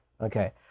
Okay